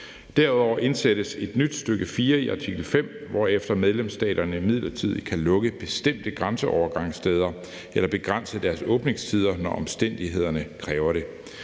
Derudover indsættes et nyt stk. 4 i artikel 5, hvorefter medlemsstaterne midlertidigt kan lukke bestemte grænseovergangssteder eller begrænse deres åbningstider, når omstændighederne kræver det.